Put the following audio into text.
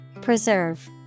Preserve